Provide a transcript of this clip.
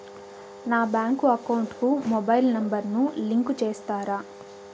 నా bank account కు mobile number ను లింకు చేస్తారా?